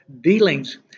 dealings